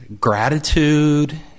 gratitude